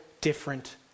different